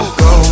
go